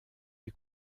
les